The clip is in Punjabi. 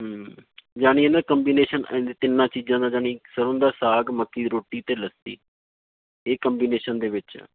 ਯਾਨੀ ਇਹਨਾਂ ਕੰਬੀਨੇਸ਼ਨ ਇੰਝ ਤਿੰਨਾਂ ਚੀਜ਼ਾਂ ਦਾ ਯਾਨੀ ਸਰੋਂ ਦਾ ਸਾਗ ਮੱਕੀ ਦੀ ਰੋਟੀ ਅਤੇ ਲੱਸੀ ਇਹ ਕੰਬੀਨੇਸ਼ਨ ਦੇ ਵਿੱਚ ਆ